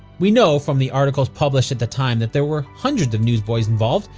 we know from the articles published at the time that there were hundreds of newsboys involved,